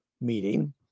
meeting